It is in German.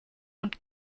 und